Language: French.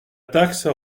taxe